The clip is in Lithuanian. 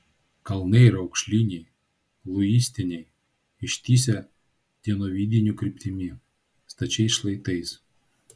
kalnai raukšliniai luistiniai ištįsę dienovidinių kryptimi stačiais šlaitais